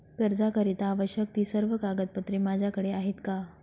कर्जाकरीता आवश्यक ति सर्व कागदपत्रे माझ्याकडे आहेत का?